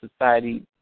society